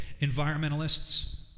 environmentalists